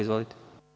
Izvolite.